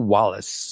Wallace